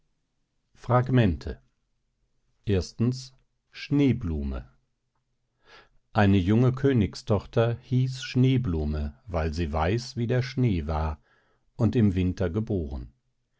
fragmente a schneeblume eine junge königstochter hieß schneeblume weil sie weiß wie der schnee war und im winter geboren